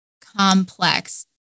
complex